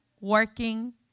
working